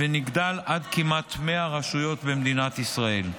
ונגדל עד כמעט 100 רשויות במדינת ישראל.